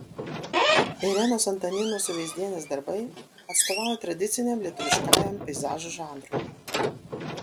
irenos antaninos suveizdienės darbai atstovauja tradiciniam lietuviškajam peizažo žanrui